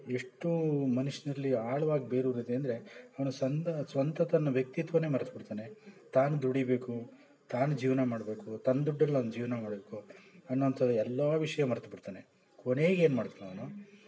ಎಷ್ಟು ಮನುಷ್ಯನಲ್ಲಿ ಆಳವಾಗಿ ಬೇರೂರಿದೆ ಅಂದರೆ ಅವನು ಸಂದ ಸ್ವಂತ ತನ್ನ ವ್ಯಕ್ತಿತ್ವನೇ ಮರ್ತು ಬಿಡ್ತಾನೆ ತಾನು ದುಡಿಬೇಕು ತಾನು ಜೀವನ ಮಾಡಬೇಕು ತನ್ನ ದುಡ್ಡಲ್ಲಿ ಅವ್ನು ಜೀವನ ಮಾಡಬೇಕು ಅನ್ನುವಂಥ ಎಲ್ಲ ವಿಷಯ ಮರ್ತು ಬಿಡ್ತಾನೆ ಕೊನೇಗೇನ್ಮಾಡ್ತಾನೆ ಅವನು